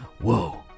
Whoa